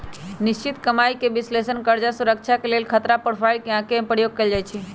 निश्चित कमाइके विश्लेषण कर्जा सुरक्षा के लेल खतरा प्रोफाइल के आके में प्रयोग कएल जाइ छै